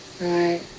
Right